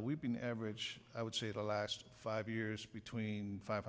we've been average i would say the last five years between five